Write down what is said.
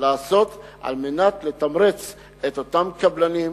לעשות כדי לתמרץ את אותם קבלנים,